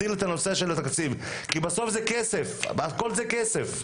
כי בסוף הכל זה כסף.